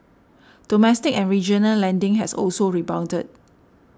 domestic and regional lending has also rebounded